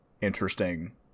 interesting